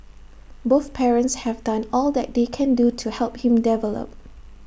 both parents have done all that they can do to help him develop